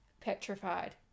Petrified